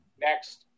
Next